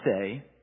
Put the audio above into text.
say